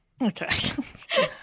Okay